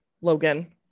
Logan